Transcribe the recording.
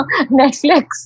Netflix